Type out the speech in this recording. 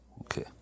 okay